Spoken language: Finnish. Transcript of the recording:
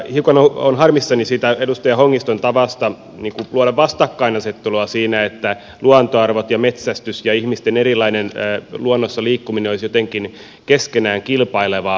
hiukan olen harmissani siitä edustaja hongiston tavasta luoda vastakkainasettelua siinä että luontoarvot ja metsästys ja ihmisten erilainen luonnossa liikkuminen olisivat jotenkin keskenään kilpailevaa